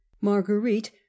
marguerite